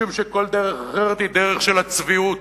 משום שכל דרך אחרת היא דרך של הצביעות,